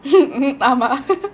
you meet